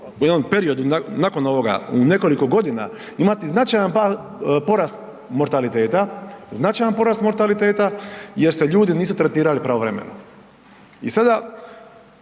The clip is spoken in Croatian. u jednom periodu nakon ovoga u nekoliko godina imati značajan porast mortaliteta, jer se ljudi nisu tretirali pravovremeno. I sada